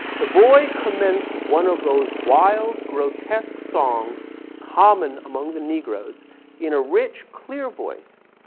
the boy commenced one of those wild, grotesque songs common among the negroes in a rich clear voice,